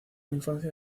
infancia